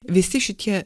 visi šitie